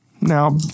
Now